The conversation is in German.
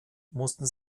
mussten